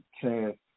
chance